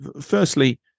Firstly